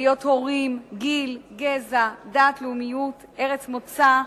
היות הורים, גיל, גזע, דת, לאומיות, ארץ מוצא,